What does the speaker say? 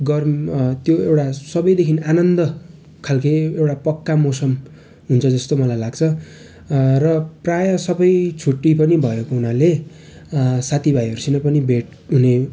गर्मी त्यो एउटा सबैदेखि आनन्द खालके एउटा पक्का मौसम हुन्छ जस्तो मलाई लाग्छ र प्रायः सबै छुट्टी पनि भएको हुनाले साथीभाइहरूसित पनि भेट हुने